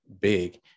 big